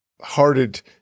hearted